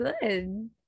good